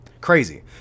Crazy